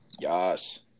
Yes